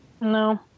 No